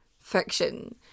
fiction